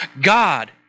God